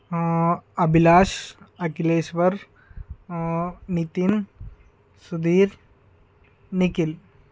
Abhilash Akhileshwar Nitin Sudheer Nikhil